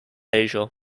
asia